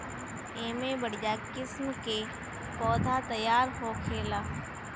एमे बढ़िया किस्म के पौधा तईयार होखेला